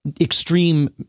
extreme